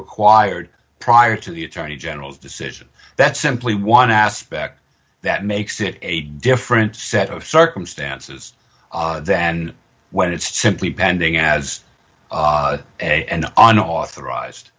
acquired prior to the attorney general's decision that's simply one aspect that makes it a different set of circumstances then when it's simply pending as and an authorised